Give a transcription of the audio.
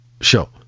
show